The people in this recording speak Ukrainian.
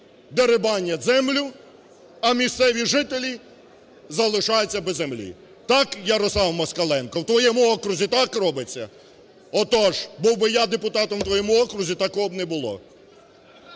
дерибанять землю, а місцеві жителі залишаються без землі. Так, Ярослав Москаленко, в твоєму окрузі так робиться? Отож, був би я депутатом у твоєму окрузі, такого б не було.